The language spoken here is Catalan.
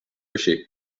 així